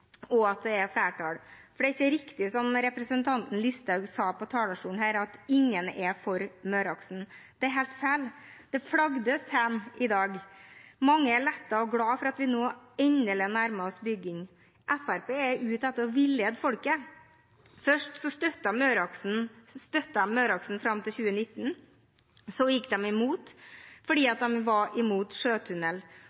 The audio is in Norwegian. og at det er flertall for det. Det er ikke riktig som representanten Listhaug sa på talerstolen, at ingen er for Møreaksen. Det er helt feil. Det flagges hjemme i dag. Mange er lettet og glad for at vi nå endelig nærmer oss bygging. Fremskrittspartiet er ute etter å villede folket. Først støttet de Møreaksen fram til 2019, så gikk de imot fordi